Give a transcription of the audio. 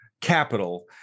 capital